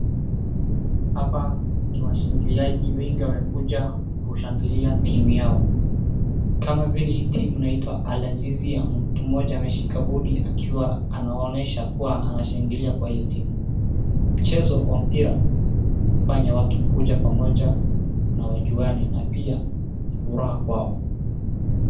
Hapa ni washangiliaji wengi wamekuja kushangilia timu yao, kama vile hii timu inaitwa Alazizi na mtu mmoja ameshika bodi akiwa anawaonyesha kuwa anashangilia kwa hiyo timu, mchezo wa mpira huwafanya watu kuja pamoja na wajuane na pia ni furaha kwao.